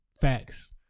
Facts